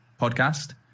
podcast